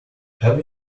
have